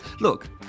Look